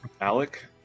Alec